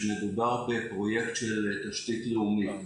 שמדובר בפרויקט של תשתית לאומית.